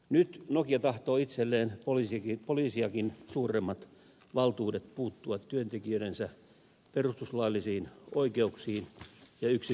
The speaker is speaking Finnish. nyt nokia tahtoo itselleen poliisiakin suuremmat valtuudet puuttua työntekijöidensä perustuslaillisiin oikeuksiin ja yksityisyyden suojaan